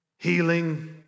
healing